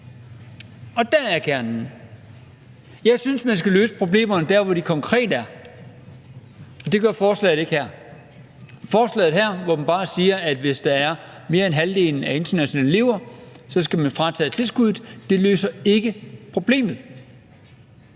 for der er kernen. Jeg synes, at man skal løse problemerne dér, hvor de konkret er, og det gør det her forslag ikke. Forslaget her, hvor man skriver, at hvis bare mere end halvdelen af eleverne er internationale elever, skal man fratage tilskuddet, løser ikke problemet,